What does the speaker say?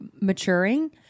maturing